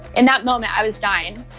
and that moment, i was dying,